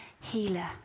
healer